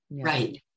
Right